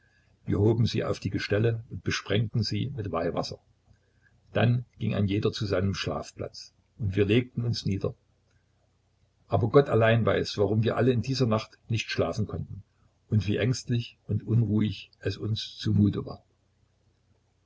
wir hoben sie auf die gestelle wie vorher und besprengten sie mit weihwasser dann ging ein jeder zu seinem schlafplatz und wir legten uns nieder aber gott allein weiß warum wir alle in dieser nacht nicht schlafen konnten und wie ängstlich und unruhig es uns zumute war